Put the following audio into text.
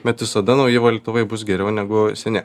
bet visada nauji valytuvai bus geriau negu seni